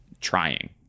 trying